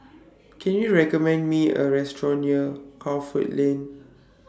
Can YOU recommend Me A Restaurant near Crawford Lane